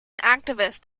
activist